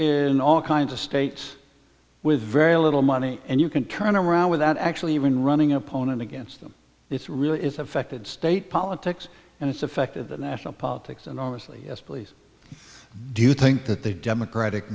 in all kinds of states with very little money and you can turn around without actually even running an opponent against them it's really affected state politics and it's affected the national politics and obviously please do you think that the democratic